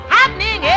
Happening